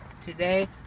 Today